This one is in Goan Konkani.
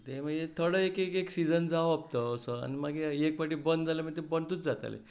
थोडो एक एक एक सिझन जावप तो असो आनी मागीर एक फावटी बंद जालें मागीर तें बंदूच जातालें